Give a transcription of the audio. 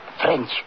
French